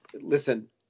listen